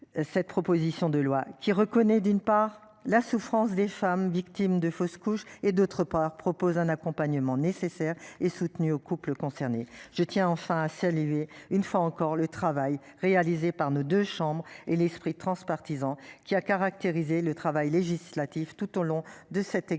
Cette proposition de loi qui reconnaît, d'une part la souffrance des femmes victimes de fausses couches et d'autre part, propose un accompagnement nécessaire et soutenue aux couples concernés je tiens enfin à saluer une fois encore le travail réalisé par nos deux chambres et l'esprit transpartisan qui a caractérisé le travail législatif tout au long de cet examen